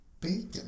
bacon